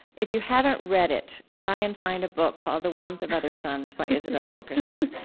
if you haven't read it, try and find a book called the warmth of other suns by isabel wilkerson.